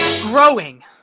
growing